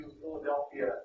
Philadelphia